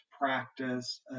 practice